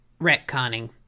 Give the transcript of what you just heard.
Retconning